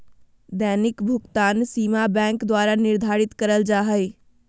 दैनिक भुकतान सीमा बैंक द्वारा निर्धारित करल जा हइ